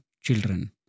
children